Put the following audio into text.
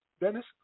Dennis